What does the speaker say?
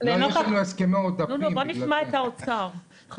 שהם שינויים, אז